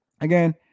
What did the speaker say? Again